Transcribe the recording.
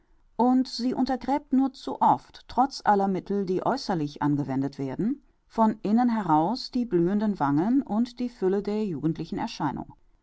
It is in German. und sie untergräbt nur zu oft trotz aller mittel die äußerlich angewendet werden von innen heraus die blühenden wangen und die fülle der jugendlichen erscheinung